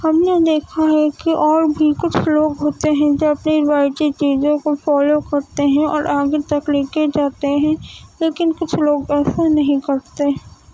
ہم نے دیکھا ہے کہ اور بھی کچھ لوگ ہوتے ہیں جو اپنی روایتی چیزوں کو فالو کرتے ہیں اور آگے تک لے کے جاتے ہیں لیکن کچھ لوگ ایسا نہیں کرتے